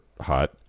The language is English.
hot